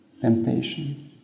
temptation